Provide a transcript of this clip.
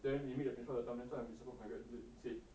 then we meet the principal that time the principal my dad say